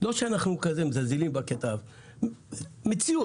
לא שאנחנו מזלזלים, אבל זו מציאות.